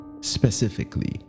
specifically